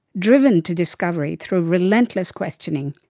driven to discovery through relentless questioning,